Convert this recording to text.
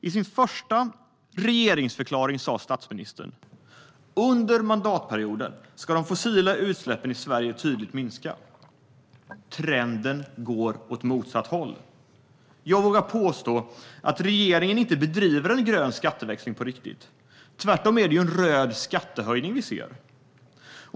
I sin första regeringsförklaring sa statsministern: "Under mandatperioden ska de fossila utsläppen i Sverige tydligt minska." Trenden går åt motsatt håll. Jag vågar påstå att regeringen inte bedriver en grön skatteväxling på riktigt. Tvärtom är det en röd skattehöjning vi ser.